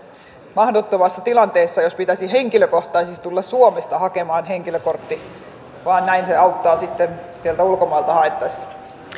mahdottomassa tilanteessa jos pitäisi henkilökohtaisesti tulla suomesta hakemaan henkilökortti ja näin se auttaa sitten sieltä ulkomailta haettaessa